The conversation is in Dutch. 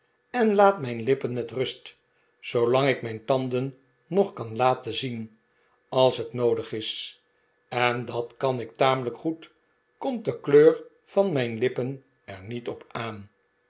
en laat mijn lippen met rust zoolang ik mijn tanden nog kan laten zien als het noodig is en dat kan ik tamelijk goed komt de kleur van mijn lippen er niet op aan